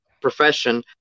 profession